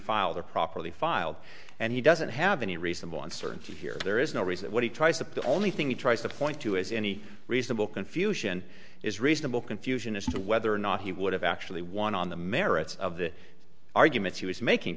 or properly filed and he doesn't have any reasonable uncertainty here there is no reason what he tries to the only thing he tries to point to as any reasonable confusion is reasonable confusion as to whether or not he would have actually won on the merits of the arguments he was making